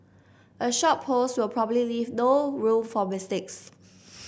a short post will probably leave no room for mistakes